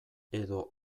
edo